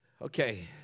okay